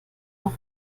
noch